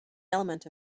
element